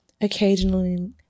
occasionally